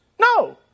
No